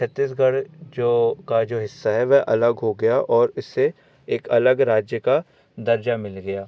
छतीसगढ़ जो का जो हिस्सा है वह अलग हो गया और इससे एक अलग राज्य का दर्जा मिल गया